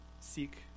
seek